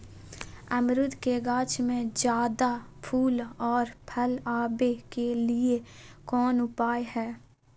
अमरूद के गाछ में ज्यादा फुल और फल आबे के लिए कौन उपाय है?